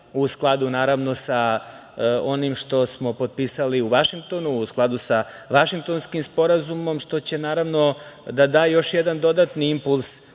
u skladu, naravno sa onim što smo potpisali u Vašingtonu, u skladu sa Vašingtonskim sporazumom, što će naravno da da još jedan dodatni impuls